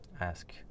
Ask